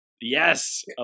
Yes